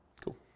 Cool